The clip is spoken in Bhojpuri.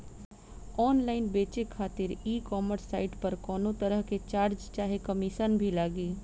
ऑनलाइन बेचे खातिर ई कॉमर्स साइट पर कौनोतरह के चार्ज चाहे कमीशन भी लागी?